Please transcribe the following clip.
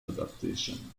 adaptation